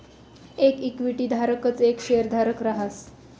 येक इक्विटी धारकच येक शेयरधारक रहास